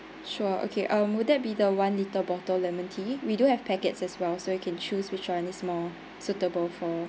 sure okay um would that be the one liter bottle lemon tea we do have packets as well so you can choose which one is more suitable for